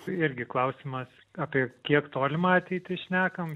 tai irgi klausimas apie kiek tolimą ateitį šnekam